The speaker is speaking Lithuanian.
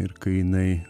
ir kai jinai